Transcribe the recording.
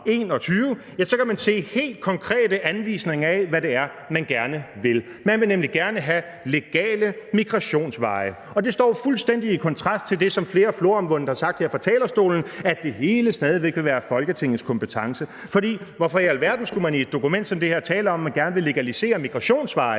vil man kunne se helt konkrete anvisninger af, hvad det er, man gerne vil. Man vil nemlig gerne have legale migrationsveje. Det står fuldstændig i kontrast til det, som flere floromvundent har sagt her fra talerstolen, nemlig at det hele stadig væk vil være Folketingets kompetence. Hvorfor i alverden skulle man i et dokument som det her tale om, at man gerne vil legalisere migrationsveje,